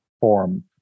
form